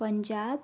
Punjab